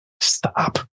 Stop